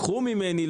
קחו ממני,